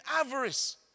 avarice